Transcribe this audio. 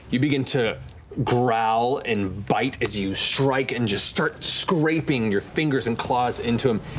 you begin to growl and bite as you strike and just start scraping your fingers and claws into him.